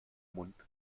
mund